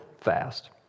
fast